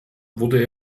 wurde